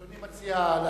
אדוני מציע להעביר,